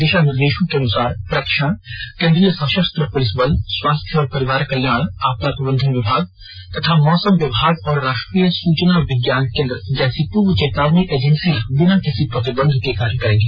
दिशा निर्देशों के अनुसार रक्षा केंद्रीय सशस्त्र पुलिस बल स्वास्थ्य और परिवार कल्याण आपदा प्रबंधन विभाग तथा मौसम विभाग और राष्ट्रीय सूचना विज्ञान केंद्र जैसी पूर्व चेतावनी एजेंसियां बिना किसी प्रतिबंध के कार्य करेंगी